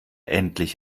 endlich